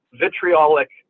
vitriolic